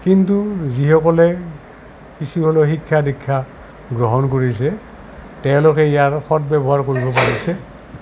কিন্তু যিসকলে কিছু হলেও শিক্ষা দীক্ষা গ্ৰহণ কৰিছে তেওঁলোকে ইয়াৰ সদব্যৱহাৰ কৰিব পাৰিছে